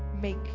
make